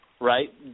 right